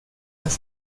las